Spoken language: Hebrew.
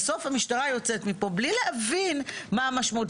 בסוף המשטרה יוצאת מפה בלי להבין מה המשמעות,